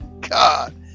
God